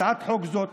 הצעות חוק זהות